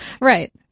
Right